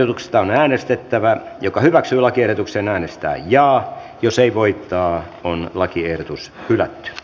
ensin on äänestettävä lakiehdotuksen äänistä ja jos ei voittaa on lakiehdotus hylännyt